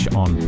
on